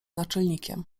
naczelnikiem